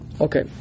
Okay